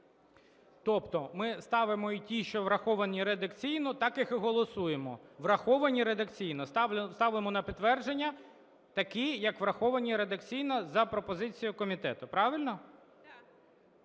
Тобто ми ставимо й ті, що враховані редакційно, так їх і голосуємо: враховані редакційно. Ставимо на підтвердження такі як враховані редакційно за пропозицією комітету. Правильно?